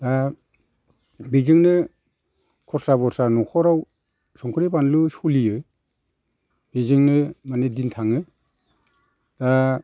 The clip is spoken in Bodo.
दा बिजोंनो खरसा बरसा न'खराव संख्रि बानलु सोलियो बिजोंनो मानि दिन थाङो दा